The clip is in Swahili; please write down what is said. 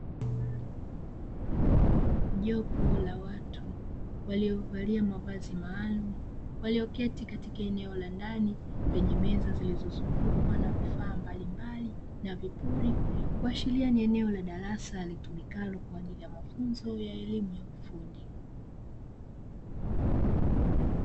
Jopo la watu waliovalia mavazi maalumu walioketi katika eneo la ndani lenye meza zilizozungukwa na vifaa mbalimbali vya vipuri, kuashiria ni eneo la darasa litumikalo kwa ajili ya mafunzo ya elimu ya ufundi.